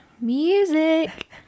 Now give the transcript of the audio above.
Music